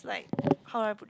like how would I put it